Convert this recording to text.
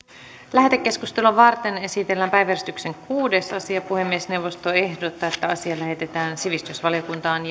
lähetekeskustelua varten esitellään päiväjärjestyksen kuudes asia puhemiesneuvosto ehdottaa että asia lähetetään sivistysvaliokuntaan